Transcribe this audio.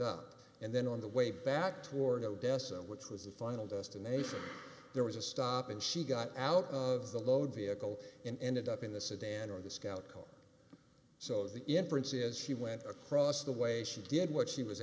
up and then on the way back toward odessa which was the final destination there was a stop and she got out of the load vehicle and ended up in the sedan or the scout car so the inference is she went across the way she did what she was